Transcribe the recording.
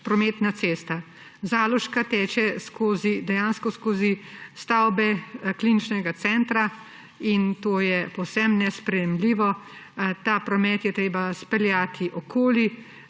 prometna cesta. Zaloška teče dejansko skozi stavbe kliničnega centra in to je povsem nesprejemljivo. Ta promet je treba speljati okoli